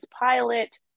pilot